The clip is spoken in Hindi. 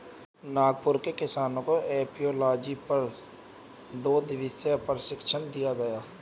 नागपुर के किसानों को एपियोलॉजी पर दो दिवसीय प्रशिक्षण दिया गया